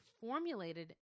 formulated